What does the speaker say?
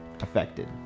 affected